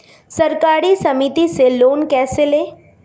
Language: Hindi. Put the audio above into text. सहकारी समिति से लोन कैसे लें?